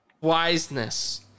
wiseness